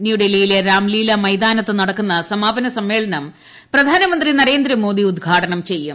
ന്യൂഡൽഹ്റ്റീയിലെ രാംലീല മൈതാനത്ത് നടക്കുന്ന സമാപന സമ്മേളനം ്പ്രധാനമന്ത്രി നരേന്ദ്രമോദി ഉദ്ഘാടനം ചെയ്യും